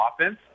offense